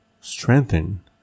strengthen